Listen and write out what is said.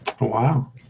Wow